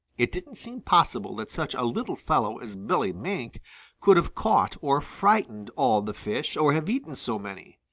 it didn't seem possible that such a little fellow as billy mink could have caught or frightened all the fish or have eaten so many.